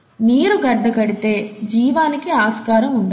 నీరు గడ్డకడితే జీవానికి ఆస్కారం ఉండదు